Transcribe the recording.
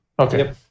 okay